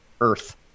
Earth